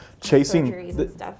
chasing